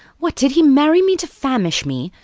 what, did he marry me to famish me?